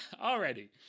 already